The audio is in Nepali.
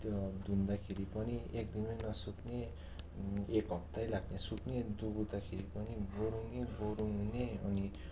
त्यो धुँदाखेरि पनि एकदिनमै नसुक्ने एक हप्तै लाग्ने सुक्ने दगुर्दाखेरि पनि गह्रौँ न गह्रौँ हुने अनि